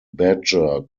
badger